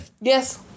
Yes